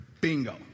bingo